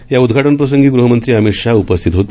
या उद्घाटन प्रसंगी गृहमंत्री अमित शाह उपस्थित होते